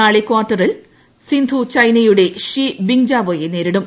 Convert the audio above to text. നാളെ കാർട്ടറിൽ സിന്ധു ചൈനയുടെ ഷീ ബിങ്ങ്ജാവോയെ നേരിടും